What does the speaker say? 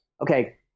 Okay